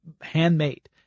handmade